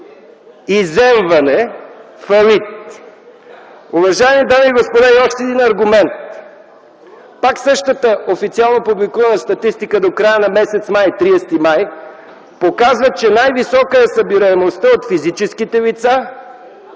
изземване, фалит. Уважаеми дами и господа, още един аргумент. Пак същата официално публикувана статистика до края на м. май – 30 май, показва, че най-висока е събираемостта от физическите лица и